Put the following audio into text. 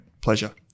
pleasure